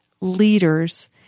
leaders